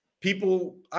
people